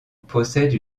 possède